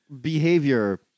behavior